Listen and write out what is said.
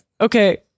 okay